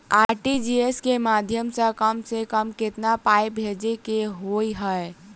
RTGS केँ माध्यम सँ कम सऽ कम केतना पाय भेजे केँ होइ हय?